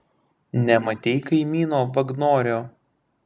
nematei kaimyno vagnorio